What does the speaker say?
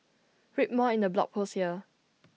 read more in the blog post here